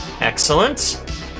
Excellent